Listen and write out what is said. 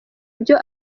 ibyo